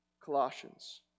Colossians